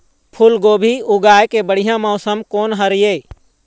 फूलगोभी उगाए के बढ़िया मौसम कोन हर ये?